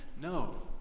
No